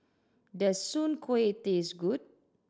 does soon kway taste good